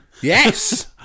Yes